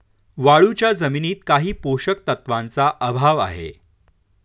वाळूच्या जमिनीत काही पोषक तत्वांचा अभाव आहे